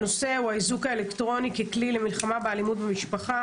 הנושא הוא האיזוק האלקטרוני ככלי למלחמה באלימות במשפחה